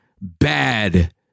bad